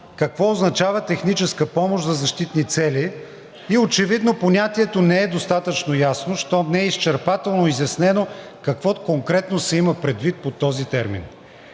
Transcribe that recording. какво означава техническа помощ за защитни цели? Очевидно понятието не е достатъчно ясно щом не е изчерпателно изяснено какво конкретно се има предвид под този термин.